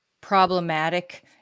problematic